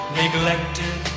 neglected